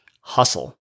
hustle